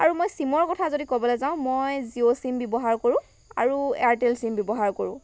আৰু মই চিমৰ কথা যদি ক'বলৈ যাওঁ মই জিঅ' চিম ব্যৱহাৰ কৰোঁ আৰু এয়াৰটেল চিম ব্যৱহাৰ কৰোঁ